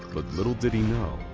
but little did he know,